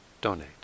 donate